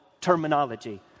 terminology